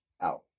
out